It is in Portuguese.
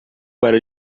para